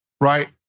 right